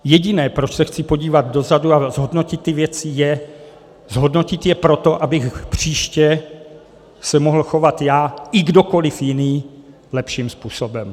Jediné, proč se chci podívat dozadu a zhodnotit ty věci, je zhodnotit je proto, abych příště se mohl chovat já i kdokoli jiný lepším způsobem.